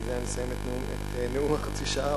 ובזה אסיים את נאום חצי השעה,